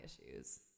issues